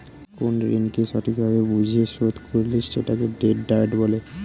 কোন ঋণকে সঠিক ভাবে বুঝে শোধ করলে সেটাকে ডেট ডায়েট বলে